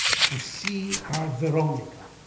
to see our veronica,